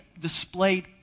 displayed